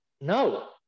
No